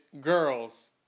girls